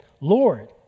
Lord